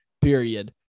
period